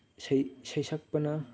ꯏꯁꯩ ꯁꯩ ꯁꯛꯄꯅ